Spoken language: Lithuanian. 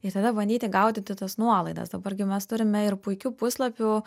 ir tada bandyti gaudyti tas nuolaidas dabar gi mes turime ir puikių puslapių